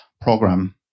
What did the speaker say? program